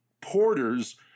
porters